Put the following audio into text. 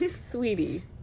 sweetie